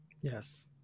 Yes